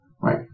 right